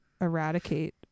eradicate